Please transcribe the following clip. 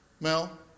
Mel